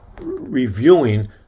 reviewing